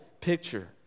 picture